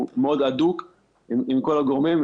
הוא מאוד הדוק עם כל הגורמים,